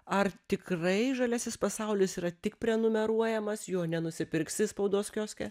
ar tikrai žaliasis pasaulis yra tik prenumeruojamas jo nenusipirksi spaudos kioske